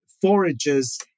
forages